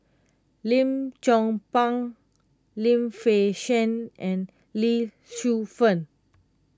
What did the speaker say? Lim Chong Pang Lim Fei Shen and Lee Shu Fen